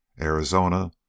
Arizona